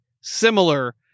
similar